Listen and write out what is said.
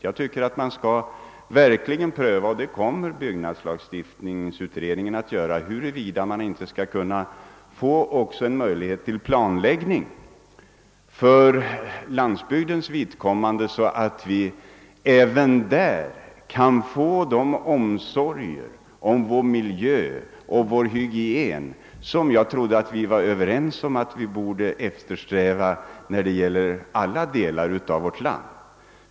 Jag tycker att man verkligen skall pröva — och det kommer byggnadslagstiftningsutredningen att göra — huruvida det inte behövs en planläggning också för landsbygdens vidkommande, så att även där kunde nedläggas de omsorger om miljö och hygien som jag trodde vi var överens om att eftersträva i alla delar av vårt land.